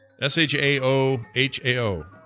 S-H-A-O-H-A-O